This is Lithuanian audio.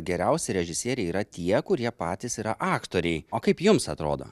geriausi režisieriai yra tie kurie patys yra aktoriai o kaip jums atrodo